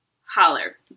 holler